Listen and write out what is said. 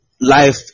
life